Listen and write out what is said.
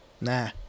Nah